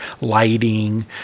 lighting